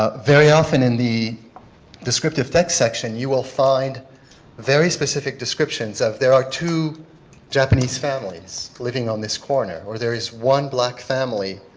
ah very often in the descriptive text section you will find very specific descriptions of there are two japanese families living on this corner or there is one black family